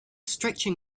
stretching